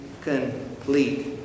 complete